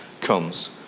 comes